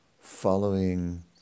following